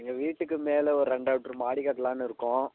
எங்கள் வீட்டுக்கு மேலே ஒரு ரெண்டு அடுக்கு மாடி கட்டலான்னு இருக்கோம்